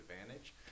advantage